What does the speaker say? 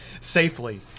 safely